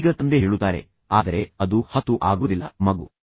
ಈಗ ತಂದೆ ಹೇಳುತ್ತಾರೆ ಆದರೆ ಅದು ಹತ್ತು ಆಗುವುದಿಲ್ಲ ಮಗು